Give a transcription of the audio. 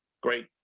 great